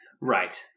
Right